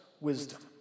wisdom